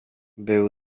był